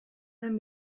den